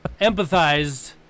Empathized